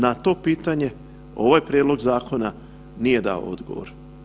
Na to pitanje ovaj prijedlog zakona nije dao odgovor.